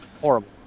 Horrible